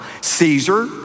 Caesar